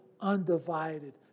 undivided